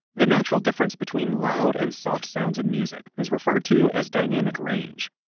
the natural difference between loud and soft sounds in music is referred to as dynamic range.